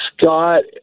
Scott